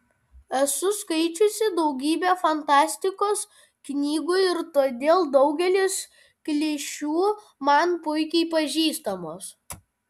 esu skaičiusi daugybę fantastikos knygų ir todėl daugelis klišių man puikiai pažįstamos